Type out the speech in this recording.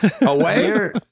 Away